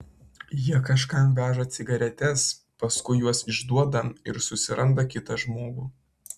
jie kažkam veža cigaretes paskui juos išduoda ir susiranda kitą žmogų